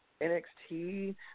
NXT